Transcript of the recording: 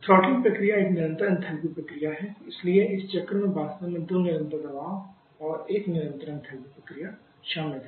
throttling प्रक्रिया एक निरंतर एंथैल्पी प्रक्रिया है इसलिए इस चक्र में वास्तव में दो निरंतर दबाव और एक निरंतर एंथैल्पी प्रक्रिया शामिल है